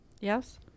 Yes